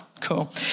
Cool